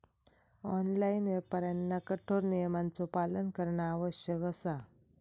online व्यापाऱ्यांना कठोर नियमांचो पालन करणा आवश्यक असा